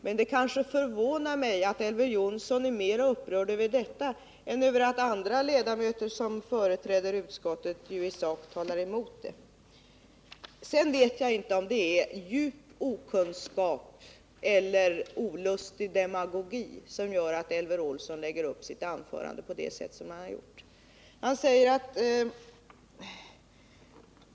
Men det förvånar mig att Elver Jonsson är mera upprörd över detta än över att andra ledamöter som företräder utskottet i sak talar emot betänkandet. Jag vet inte om det är djup okunnighet eller olustig demagogi som gör att Elver Jonsson lagt upp sitt anförande på det sätt som han gjort.